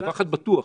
דבר אחד בטוח,